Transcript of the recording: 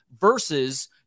versus